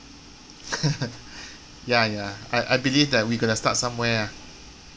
ya ya I I believe that we gotta start somewhere ah